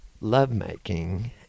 lovemaking